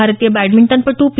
भारतीय बॅडमिंटनपटू पी